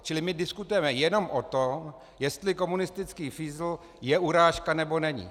Čili my diskutujeme jenom o tom, jestli komunistický fízl je urážka, nebo není.